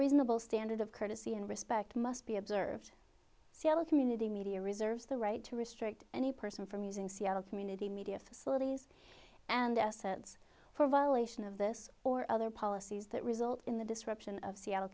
reasonable standard of courtesy and respect must be observed seattle community media reserves the right to restrict any person from using seattle community media facilities and assets for violation of this or other policies that result in the disruption of seattle